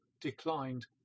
declined